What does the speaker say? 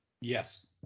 Yes